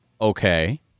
okay